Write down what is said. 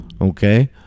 okay